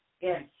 Yes